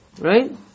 Right